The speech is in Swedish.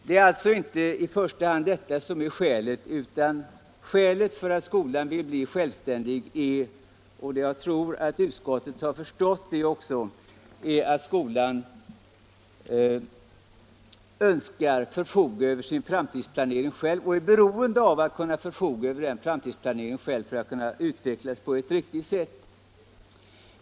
Det är alltså inte i första hand detta som är skälet till att skolan vill bli självständig utan skälet är — och jag tror att utskottet har förstått det — att skolan önskar förfoga över sin framtidsplanering och är beroende av att kunna göra detta för att kunna utvecklas på ett riktigt sätt.